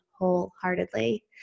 wholeheartedly